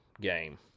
game